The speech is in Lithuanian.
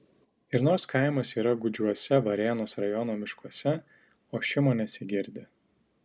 ir nors kaimas yra gūdžiuose varėnos rajono miškuose ošimo nesigirdi